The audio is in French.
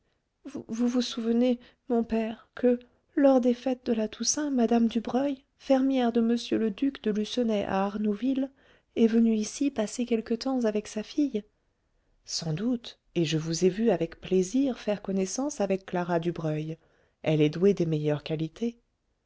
vous vous souvenez mon père que lors des fêtes de la toussaint mme dubreuil fermière de m le duc de lucenay à arnouville est venue ici passer quelque temps avec sa fille sans doute et je vous ai vue avec plaisir faire connaissance avec clara dubreuil elle est douée des meilleures qualités